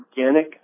organic